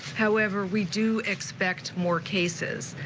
however, we do expect more cases.